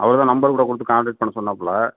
அவர் தான் நம்பர் கூட கொடுத்து காண்டக்ட் பண்ண சொன்னாப்புலே